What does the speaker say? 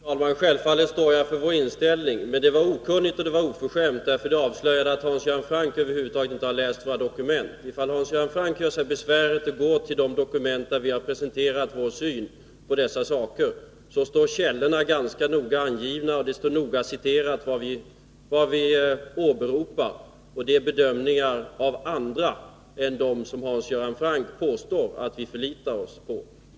Fru talman! Självfallet står jag för vår inställning. Men det var okunnigt och oförskämt, därför att det avslöjade att Hans Göran Franck över huvud taget inte har läst våra dokument. Om Hans Göran Franck gör sig besväret att gå till de dokument där vi har presenterat vår syn på dessa saker, finner han att källorna är ganska noga angivna. Det står noga citerat vad vi åberopar, och där återfinns bedömningar av andra än dem som Hans Göran Franck påstår att vi förlitar oss på.